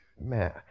man